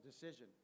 decision